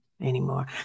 anymore